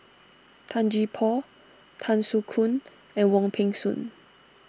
Tan Gee Paw Tan Soo Khoon and Wong Peng Soon